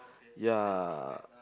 ya